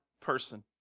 person